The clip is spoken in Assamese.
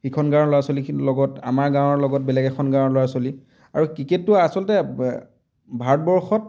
সিখন গাঁৱৰ ল'ৰা ছোৱালীখিনিৰ লগত আমাৰ গাঁৱৰ লগত বেলেগ এখন গাঁৱৰ ল'ৰা ছোৱালী আৰু ক্ৰিকেটটো আচলতে ভাৰতবৰ্ষত